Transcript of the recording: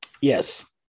Yes